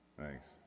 Thanks